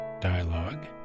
dialogue